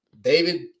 David